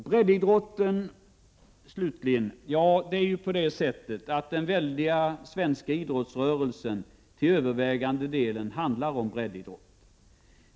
Breddidrotten slutligen. Den väldiga svenska idrottsrörelsen handlar till övervägande del om breddidrott.